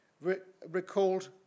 recalled